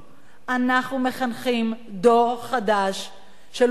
אנחנו מחנכים דור חדש של אוכלוסייה